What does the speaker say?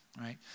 right